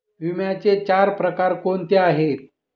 विम्याचे चार प्रकार कोणते आहेत?